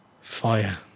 Fire